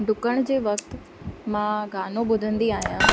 ॾुकण जे वक़्ति मां गानो ॿुधंदी आहियां